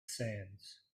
sands